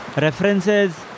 references